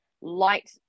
light